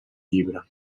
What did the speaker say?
llibre